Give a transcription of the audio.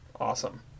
Awesome